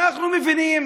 אנחנו מבינים